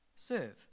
serve